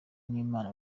nk’impano